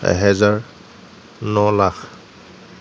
এহেজাৰ ন লাখ